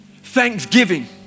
thanksgiving